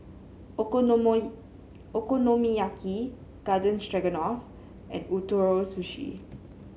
Okonomiyaki Garden Stroganoff and Ootoro Sushi